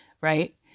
Right